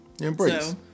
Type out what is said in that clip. Embrace